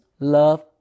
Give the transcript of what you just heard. Love